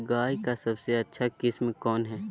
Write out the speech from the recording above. गाय का सबसे अच्छा किस्म कौन हैं?